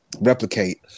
replicate